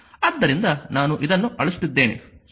ಆದ್ದರಿಂದ ನಾನು ಇದನ್ನು ಅಳಿಸುತ್ತಿದ್ದೇನೆ ಸ್ವಲ್ಪ ತಡೆಯಿರಿ